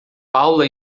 paula